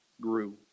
grew